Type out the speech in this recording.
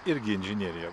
irgi inžineriją